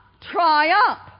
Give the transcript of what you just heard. triumph